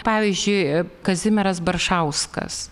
pavyzdžiui kazimieras baršauskas